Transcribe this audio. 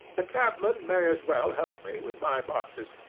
the cabman may as well help me with my boxes.